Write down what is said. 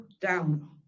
down